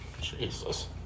Jesus